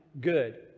good